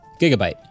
Gigabyte